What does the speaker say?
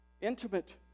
intimate